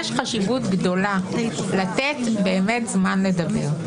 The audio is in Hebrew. יש חשיבות גדולה באמת לתת זמן לדבר.